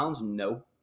no